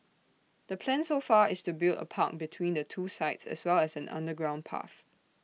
the plan so far is to build A park between the two sites as well as an underground path